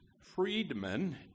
freedmen